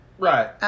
Right